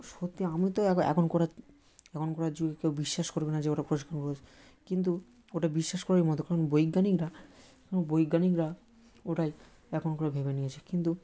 সত্যি আমি তো এগো এখনকারের এখনকারের যুগে কেউ বিশ্বাস করবে না যে ওরা প্রশিক্ষণ করেছে কিন্তু ওটা বিশ্বাস করারই মতো কারণ বৈজ্ঞানিকরা বৈজ্ঞানিকরা ওটাই এখনকার ভেবে নিয়েছে কিন্তু